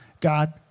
God